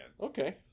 Okay